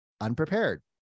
unprepared